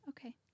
Okay